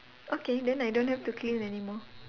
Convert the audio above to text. okay then I don't have to clean anymore